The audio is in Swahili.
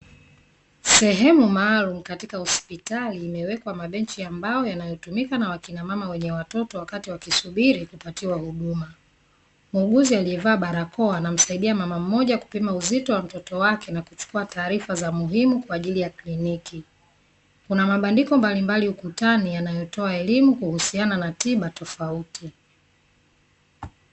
Sehemu maalumu katika hospitali imewekwa mabenchi ya mbao yanayotumika na wakina mama wenye watoto wakati wakisubiri kupatiwa huduma. Muuguzi aliyevaa barakoa anamsaidia mama mmoja kupima uzito wa mtoto wake na kuchukua taarifa za muhimu kwa ajili ya kliniki. Kuna mabandiko mbalimbali ukutani yanayotoa elimu kuhusiana na tiba tofauti.